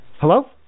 Hello